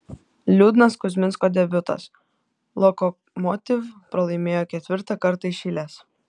liūdnas kuzminsko debiutas lokomotiv pralaimėjo ketvirtą kartą iš eilės